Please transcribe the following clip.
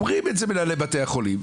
אומרים את זה מנהלי בתי החולים.